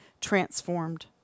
transformed